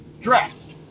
draft